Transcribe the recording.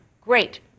great